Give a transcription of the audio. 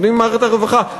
עובדים במערכת הרווחה,